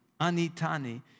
Anitani